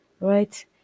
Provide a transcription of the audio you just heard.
right